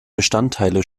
bestandteile